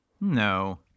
No